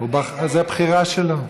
זו בחירה שלו.